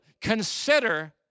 Consider